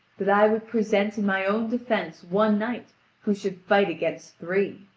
that i would present in my own defence one knight who should fight against three.